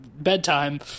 Bedtime